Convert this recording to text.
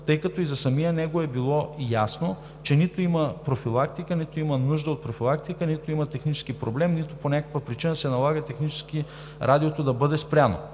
тъй като и за самия него е било ясно, че нито има профилактика, нито има нужда от профилактика, нито има технически проблем, нито по някаква причина се налага технически Радиото да бъде спряно.